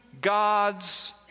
God's